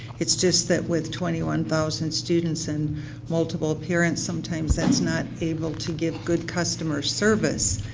it's just that with twenty one thousand students and multiple parents, sometimes that's not able to get good customer service,